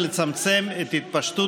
הסתייגות מס' 12 לא התקבלה.